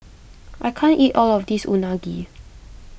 I can't eat all of this Unagi